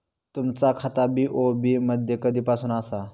तुमचा खाता बी.ओ.बी मध्ये कधीपासून आसा?